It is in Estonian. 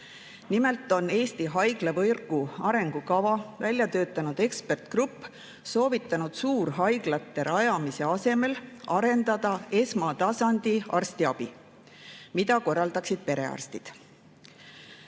Nimelt on Eesti haiglavõrgu arengukava välja töötanud ekspertgrupp soovitanud suurhaiglate rajamise asemel arendada esmatasandi arstiabi, mida korraldaksid perearstid.